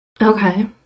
Okay